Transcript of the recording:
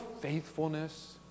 faithfulness